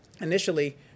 initially